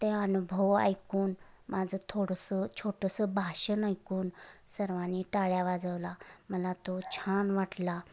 ते अनुभव ऐकून माझं थोडंसं छोटंसं भाषण ऐकून सर्वानी टाळ्या वाजवल्या मला तो छान वाटला